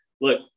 look